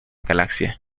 galaxia